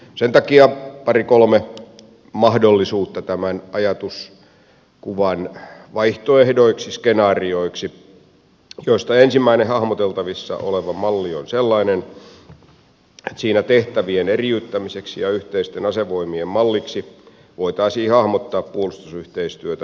sen takia pari kolme mahdollisuutta tämän ajatuskuvan vaihtoehdoiksi skenaarioiksi joista ensimmäinen hahmoteltavissa oleva malli on sellainen että siinä tehtävien eriyttämiseksi ja yhteisten asevoimien malliksi voitaisiin hahmottaa puolustusyhteistyötä hyvinkin kiinteästi